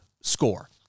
score